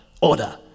order